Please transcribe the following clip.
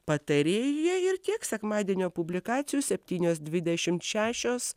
patarėjuje ir tiek sekmadienio publikacijos septynios dvidešimt šešios